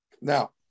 Now